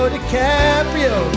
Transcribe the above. DiCaprio